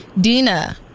Dina